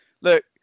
look